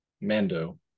Mando